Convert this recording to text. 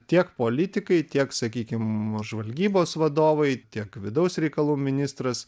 tiek politikai tiek sakykim žvalgybos vadovai tiek vidaus reikalų ministras